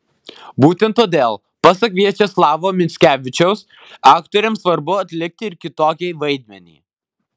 būtent todėl pasak viačeslavo mickevičiaus aktoriams svarbu atlikti ir kitokį vaidmenį